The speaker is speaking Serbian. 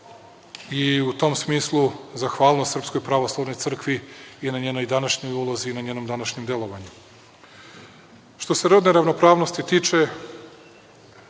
i u tom smislu zahvalnost Srpskoj pravoslavnoj crkvi i na njenoj današnjoj ulozi i na njenom današnjem delovanju. Što se rodne ravnopravnosti tiče,